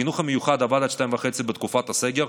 החינוך המיוחד עבד עד 14:30 בתקופת הסגר.